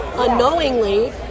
unknowingly